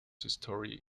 story